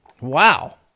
Wow